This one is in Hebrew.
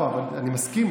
אני מסכים,